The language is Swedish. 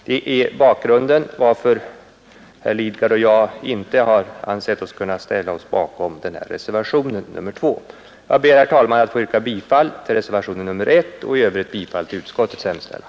Det är bakgrunden till att herr Lidgard och jag inte har ansett oss kunna ställa oss bakom reservationen 2. Herr talman! Jag ber att få yrka bifall till reservationen 1 och i övrigt bifall till utskottets hemställan.